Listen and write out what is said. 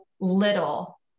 little